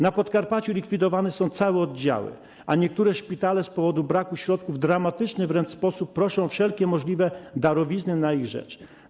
Na Podkarpaciu likwidowane są całe oddziały, a niektóre szpitale z powodu braku środków w dramatyczny wręcz sposób proszą o wszelkie możliwe darowizny na ich rzecz.